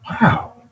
wow